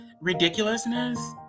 ridiculousness